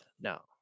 no